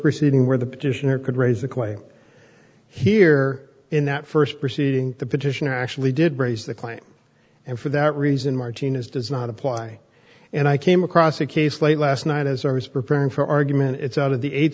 proceeding where the petitioner could raise the claim here in that first proceeding the petitioner actually did raise the claim and for that reason martinez does not apply and i came across a case late last night as i was preparing for argument it's out of the eight